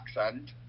accent